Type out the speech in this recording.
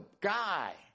guy